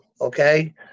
okay